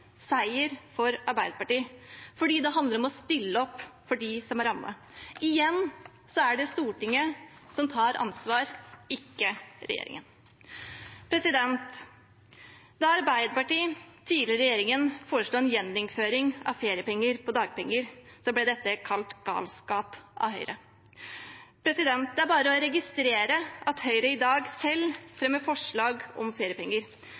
seier for Arbeiderpartiet fordi det handler om å stille opp for dem som er rammet. Igjen er det Stortinget som tar ansvar, ikke regjeringen. Da Arbeiderpartiet foreslo en gjeninnføring av feriepenger av dagpenger, ble det kalt galskap av Høyre. Det er bare å registrere at Høyre i dag selv fremmer forslag om feriepenger.